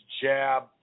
jab